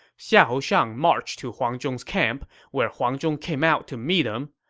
xiahou shang marched to huang zhong's camp, where huang zhong came out to meet him.